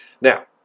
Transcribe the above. Now